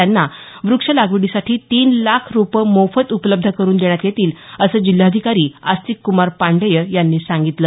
त्यांना वृक्ष लागवडीसाठी तीन लाख रोप मोफत उपलब्ध करून देण्यात येतील असं जिल्हाधिकारी अस्तिक कुमार पाण्डेय यांनी सांगितलं